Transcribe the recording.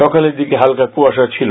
সকালের দিকে হালকা কুয়াশা ছিল